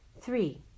Three